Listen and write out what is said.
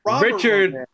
Richard